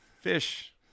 fish